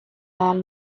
ajal